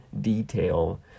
detail